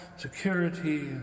security